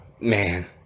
Man